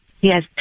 Yes